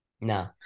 No